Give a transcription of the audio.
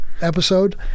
episode